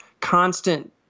constant